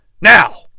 Now